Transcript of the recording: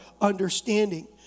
understanding